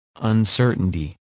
uncertainty